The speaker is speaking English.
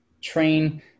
train